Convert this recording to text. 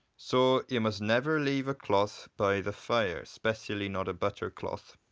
so you must never leave a cloth by the fire especially not a butter cloth